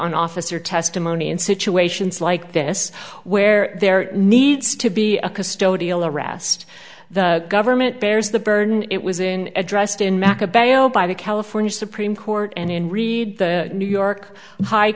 on officer testimony in situations like this where there needs to be a custodial arrest the government bears the burden it was in addressed in makkah bail by the california supreme court and in read the new york hi